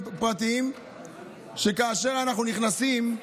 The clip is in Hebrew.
וכאשר אנחנו נכנסים,